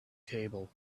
table